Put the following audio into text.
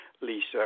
Lisa